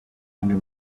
under